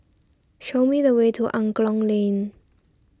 show me the way to Angklong Lane